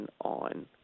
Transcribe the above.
on